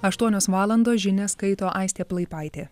aštuonios valandos žinias skaito aistė plaipaitė